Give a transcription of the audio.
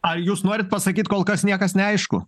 ar jūs norit pasakyti kol kas niekas neaišku